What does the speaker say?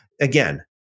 again